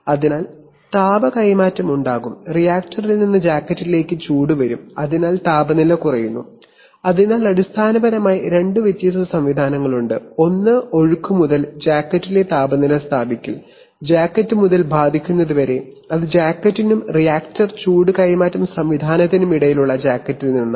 അതിനാൽ താപ കൈമാറ്റം ഉണ്ടാകും റിയാക്ടറിൽ നിന്ന് ജാക്കറ്റിലേക്ക് ചൂട് വരും അതിനാൽ താപനില കുറയുന്നു അതിനാൽ അടിസ്ഥാനപരമായി രണ്ട് വ്യത്യസ്ത സംവിധാനങ്ങളുണ്ട് ഒന്ന് ഒഴുക്ക് മുതൽ ജാക്കറ്റിലെ താപനില സ്ഥാപിക്കൽ ജാക്കറ്റ് മുതൽ ബാധിക്കുന്നതുവരെ അത് ജാക്കറ്റിനും റിയാക്ടർ ചൂട് കൈമാറ്റ സംവിധാനത്തിനും ഇടയിലുള്ള ജാക്കറ്റിൽ നിന്നാണ്